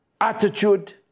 attitude